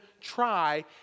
try